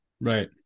Right